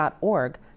org